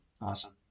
awesome